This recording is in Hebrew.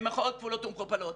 במראות כפולות ומכופלות.